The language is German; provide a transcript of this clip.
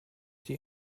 die